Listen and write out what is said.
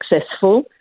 successful